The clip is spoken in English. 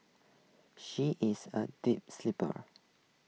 she is A deep sleeper